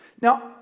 Now